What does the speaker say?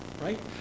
right